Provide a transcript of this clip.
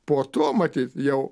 po to matyt jau